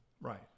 right